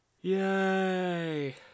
Yay